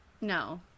No